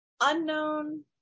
unknown